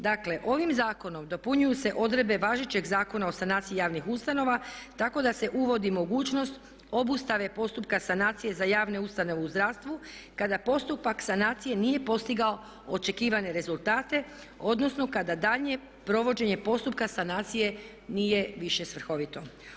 Dakle ovim zakonom dopunjuju se odredbe važećeg Zakona o sanaciji javnih ustanova tako da se uvodi mogućnost obustave postupka sanacije za javne ustanove u zdravstvu kada postupak sanacije nije postigao očekivane rezultate odnosno kada daljnje provođenje postupka sanacije nije više svrhovito.